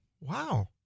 Wow